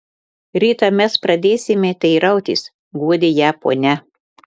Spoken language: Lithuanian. rytą mes pradėsime teirautis guodė ją ponia